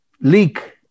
leak